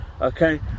okay